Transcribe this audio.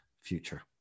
future